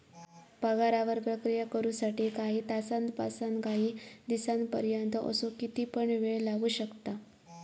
पगारावर प्रक्रिया करु साठी काही तासांपासानकाही दिसांपर्यंत असो किती पण येळ लागू शकता